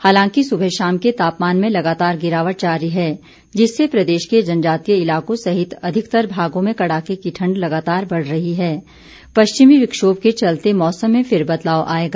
हालांकि सुबह शाम के तापमान में लगातार गिरावट जारी है जिससे प्रदेश के जनजातीय इलाकों सहित अधिकतर भागों में कड़ाके की ठंड लगातार बढ़ रही है पश्चिमी विक्षोभ के चलते मौसम में फिर बदलाव आयेगा